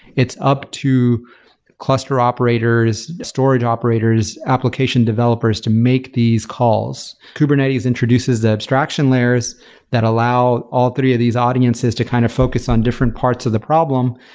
it's up cluster operators, storage operators, application developers to make these calls. kubernetes introduces the obstruction layers that allow all three of these audiences to kind of focus on different parts of the problem.